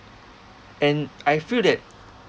and I feel that